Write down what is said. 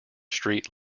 street